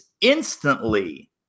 instantly